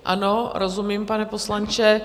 Ano, rozumím, pane poslanče.